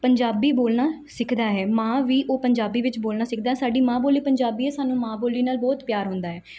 ਪੰਜਾਬੀ ਬੋਲਣਾ ਸਿੱਖਦਾ ਹੈ ਮਾਂ ਵੀ ਉਹ ਪੰਜਾਬੀ ਵਿੱਚ ਬੋਲਣਾ ਸਿੱਖਦਾ ਸਾਡੀ ਮਾਂ ਬੋਲੀ ਪੰਜਾਬੀ ਹੈ ਸਾਨੂੰ ਮਾਂ ਬੋਲੀ ਨਾਲ ਬਹੁਤ ਪਿਆਰ ਹੁੰਦਾ ਹੈ